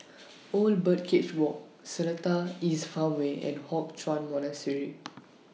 Old Birdcage Walk Seletar East Farmway and Hock Chuan Monastery